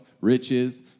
riches